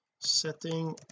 setting